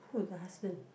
who's the husband